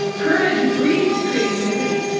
courage breeds creativity.